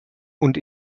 und